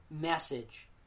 message